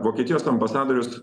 vokietijos ambasadorius